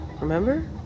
Remember